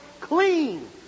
clean